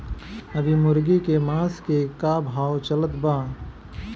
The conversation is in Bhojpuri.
अभी मुर्गा के मांस के का भाव चलत बा?